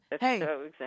Hey